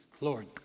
Lord